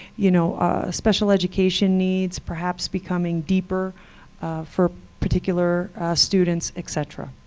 you know ah special education needs perhaps becoming deeper for particular students, et cetera.